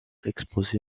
exposé